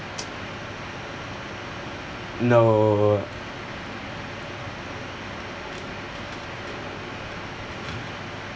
no